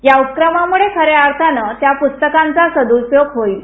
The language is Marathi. या उपक्रमामुळे खऱ्या अर्थानं त्या पुस्तकांचा सद्पयोग होईल